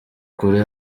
kure